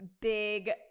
big